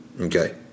okay